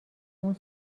اون